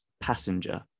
Passenger